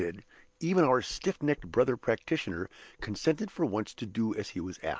even our stiff-necked brother practitioner consented for once to do as he was asked.